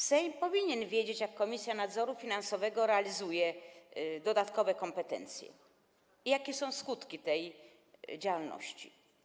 Sejm powinien wiedzieć, jak Komisja Nadzoru Finansowego realizuje dodatkowe kompetencje i jakie są skutki tej działalności.